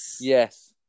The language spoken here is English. Yes